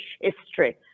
history